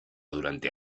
durante